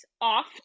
off